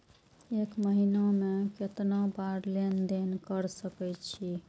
एक महीना में केतना बार लेन देन कर सके छी?